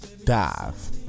Dive